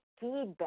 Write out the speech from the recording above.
feedback